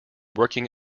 working